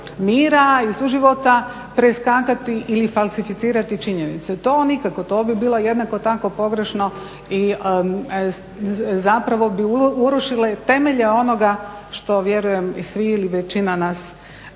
mira i suživota preskakati ili falsificirati činjenice. To nikako, to bi bilo jednako tako pogrešno i zapravo bi urušili temelje onoga što vjerujem i svi ili većina nas